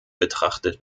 betrachtet